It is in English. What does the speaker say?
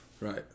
Right